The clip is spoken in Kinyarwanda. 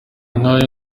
nk’ayo